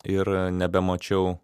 ir nebemačiau